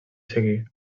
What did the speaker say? seguir